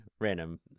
Random